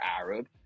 Arab